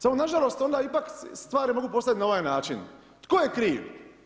Samo nažalost onda ipak stvari se mogu postavit na ovaj način, tko je kriv?